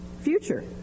future